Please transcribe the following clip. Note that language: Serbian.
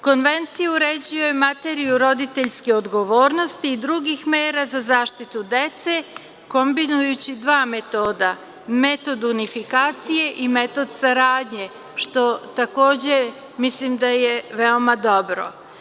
Konvencija uređuje materiju roditeljske odgovornosti i drugih mera za zaštitu dece, kombinujući dva metoda, metod unifikacije i metod saradnje, što takođe mislim da je veoma dobro.